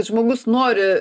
žmogus nori